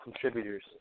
contributors